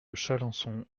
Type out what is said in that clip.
chalencon